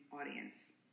audience